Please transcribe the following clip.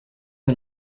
you